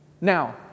Now